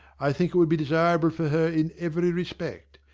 i think it would be desirable for her in every respect.